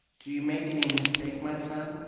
you make any mistake, my son.